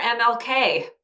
MLK